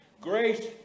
Grace